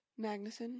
Magnuson